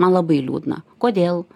man labai liūdna kodėl